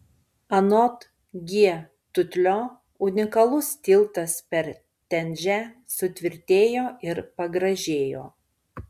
anot g tutlio unikalus tiltas per tenžę sutvirtėjo ir pagražėjo